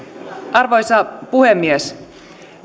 arvoisa puhemies